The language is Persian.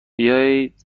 بیایید